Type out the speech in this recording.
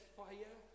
fire